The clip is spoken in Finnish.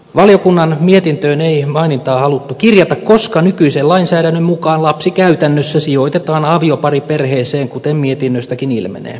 valiokunnan mietintöön ei mainintaa haluttu kirjata koska nykyisen lainsäädännön mukaan lapsi käytännössä sijoitetaan aviopariperheeseen kuten mietinnöstäkin ilmenee